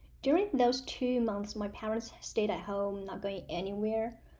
during those two months, my parents stayed at home not going anywhere.